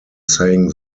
saying